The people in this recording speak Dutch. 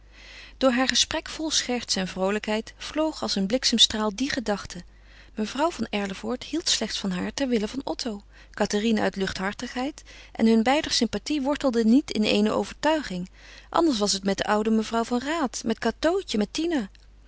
door haar gesprek vol scherts en vroolijkheid vloog als een bliksemstraal die gedachte mevrouw van erlevoort hield slechts van haar ter wille van otto cathérine uit luchthartigheid en hun beider sympathie wortelde niet in eene overtuiging anders was het met de oude mevrouw van raat met cateautje met tina